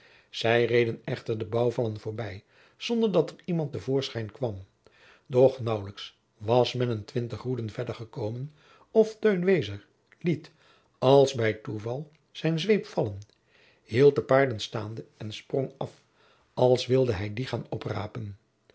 zij reden echter de bouwvallen voorbij zonder dat er iemand te voorschijn kwam doch naauwlijks was men een twintig roeden verder gekomen of teun wezer liet als bij toeval zijn zweep vallen hield de paarden staande en sprong af als wilde hij dien gaan oprapen